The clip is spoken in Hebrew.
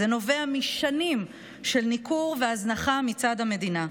זה נובע משנים של ניכור והזנחה מצד המדינה.